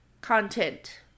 content